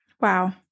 Wow